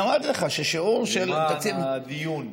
אני אמרתי לך שהשיעור של תקציב, למען הדיון.